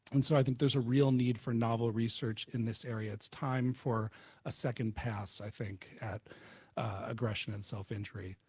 and so i think there's a real need for novel research in this area, it's time for a second pass, i think at aggression and self-injury.